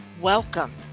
Welcome